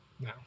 No